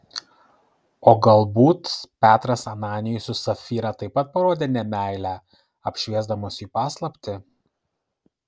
o galbūt petras ananijui su sapfyra taip pat parodė nemeilę apšviesdamas jų paslaptį